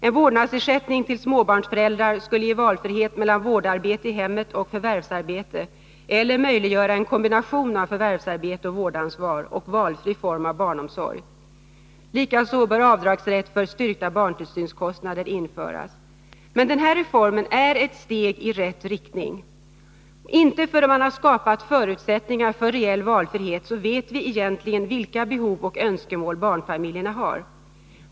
En vårdnadsersättning till småbarnsföräldrar skulle ge valfrihet mellan vårdarbete i hemmet och förvärvsarbete eller möjliggöra en kombination av förvärvsarbete och vårdansvar och valfri form av barnomsorg. Likaså bör avdragsrätt för styrkta barntillsynskostnader införas. Men den här reformen är ett steg i rätt riktning. Inte förrän man har skapat förutsättningar för reell valfrihet vet vi egentligen vilka behov och önskemål barnfamiljerna har.